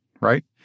right